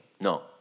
No